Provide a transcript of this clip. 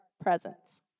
presence